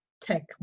tech